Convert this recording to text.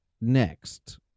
next